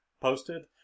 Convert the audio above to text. posted